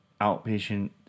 outpatient